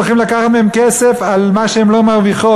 והולכים לקחת מהן כסף על מה שהן לא מרוויחות.